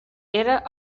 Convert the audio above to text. era